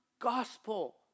gospel